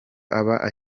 aba